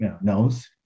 knows